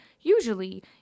usually